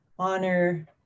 honor